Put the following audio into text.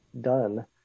done